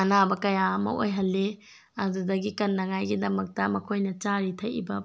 ꯑꯅꯥꯕ ꯀꯌꯥ ꯑꯃ ꯑꯣꯏꯍꯜꯂꯤ ꯑꯗꯨꯗꯒꯤ ꯀꯥꯟꯅꯉꯥꯏꯒꯤꯗꯃꯛꯇ ꯃꯈꯣꯏꯅ ꯆꯥꯔꯤ ꯊꯛꯂꯤꯕ